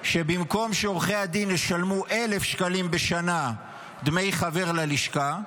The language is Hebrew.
שבמקום שעורכי הדין ישלמו 1,000 שקלים בשנה דמי חבר ללשכה,